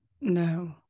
No